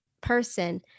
person